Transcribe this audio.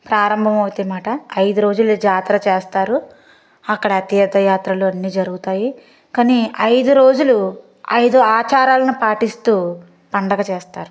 ప్రారంభమవుతాయిమాట ఐదు రోజులు జాతర చేస్తారు అక్కడ తీర్ధయాత్రలు అన్నీ జరుగుతాయి కానీ ఐదు రోజులు ఐదు ఆచారాలను పాటిస్తూ పండగ చేస్తారు